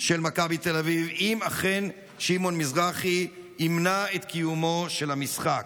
של מכבי תל אביב אם אכן שמעון מזרחי ימנע את קיומו של המשחק.